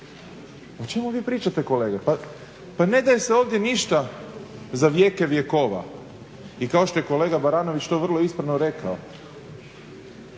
O čemu vi pričate, kolega? Pa ne daje se ovdje ništa za vjeke vjekova i kao što je kolega Baranović to vrlo ispravno rekao